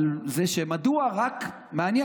מעניין,